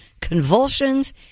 convulsions